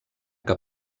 que